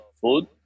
food